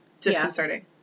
disconcerting